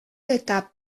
eta